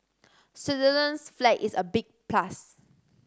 Switzerland's flag is a big plus